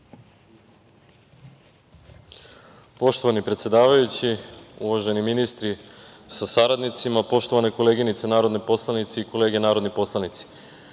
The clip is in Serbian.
Poštovani predsedavajući, uvaženi ministri sa saradnicima, poštovane koleginice narodni poslanici i kolege narodni poslanici,